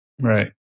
Right